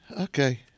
Okay